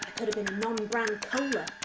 could've been non-brand cola.